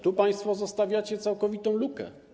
Tu państwo zostawiacie całkowitą lukę.